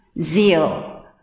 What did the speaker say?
zeal